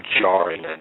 jarring